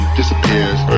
disappears